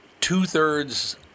two-thirds